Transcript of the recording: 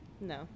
No